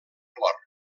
clor